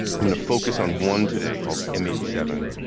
i mean focus on one today called m eight seven,